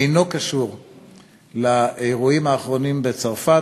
אינו קשור לאירועים האחרונים בצרפת,